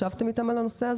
ישבתם איתם על הנושא הזה?